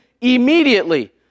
immediately